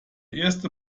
erste